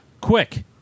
Quick